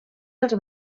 els